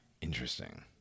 Interesting